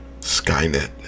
Skynet